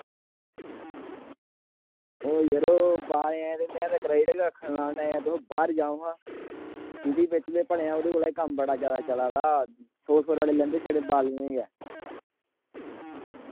ओह् यरो ग्रांऐं में ते रक्खे दे नेईं तां तुस बाह्र जाओ हां सिटी बिच भलेआं ओह्दे कोला बी कम्म बड़ा जादा चला दा सौ सौ रपेआ लेई लैंदे छड़े बालें दे गै